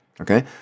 okay